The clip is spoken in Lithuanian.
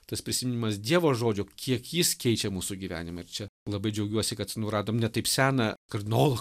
tas prisiminimas dievo žodžio kiek jis keičia mūsų gyvenimą ir čia labai džiaugiuosi kad nu radom ne taip seną kardinolo